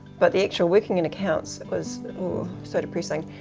but the actual working in accounts was so depressing.